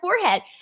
forehead